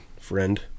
friend